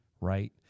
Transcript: Right